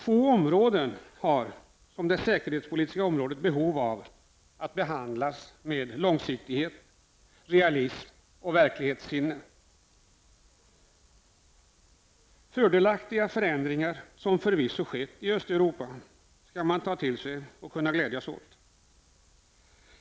Få områden har, såsom det säkerhetspolitiska området, behov av att behandlas med långsiktighet, realism och verklighetssinne. De fördelaktiga förändringar som förvisso har ägt rum i Östeuropa skall man ta till sig och kunna glädjas åt.